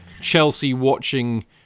Chelsea-watching